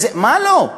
מה לא?